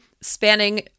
spanning